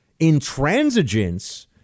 intransigence